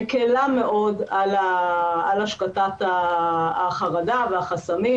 מקלה מאוד על השקטת החרדה והחסמים,